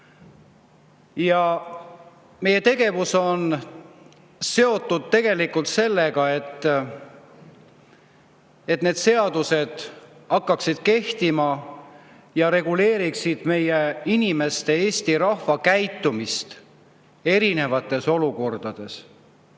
Meie tegevus on seotud sellega, et need seadused hakkaksid kehtima ja reguleeriksid meie inimeste, Eesti rahva käitumist erinevates olukordades.